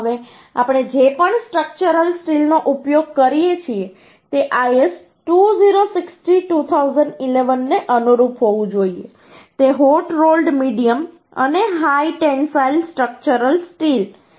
હવે આપણે જે પણ સ્ટ્રક્ચરલ સ્ટીલનો ઉપયોગ કરીએ છીએ તે IS 2062 2011ને અનુરૂપ હોવું જોઈએ તે હોટ રોલ્ડ મીડિયમ અને હાઈ ટેન્સાઈલ સ્ટ્રક્ચરલ સ્ટીલ છે